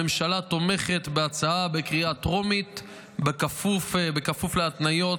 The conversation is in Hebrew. הממשלה תומכת בהצעה בקריאה טרומית בכפוף להתניות